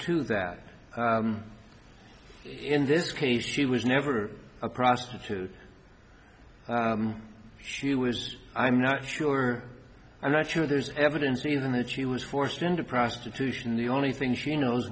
to that in this case she was never a prostitute she was i'm not sure i'm not sure there's evidence even if she was forced into prostitution the only thing she knows